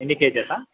ఎన్ని కేజీసా